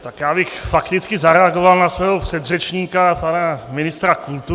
Tak já bych fakticky zareagoval na svého předřečníka pana ministra kultury.